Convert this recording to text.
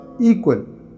equal